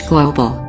Global